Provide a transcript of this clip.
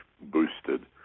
boosted